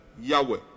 Yahweh